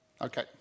Okay